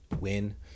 win